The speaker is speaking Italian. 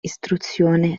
istruzione